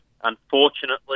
unfortunately